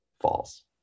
false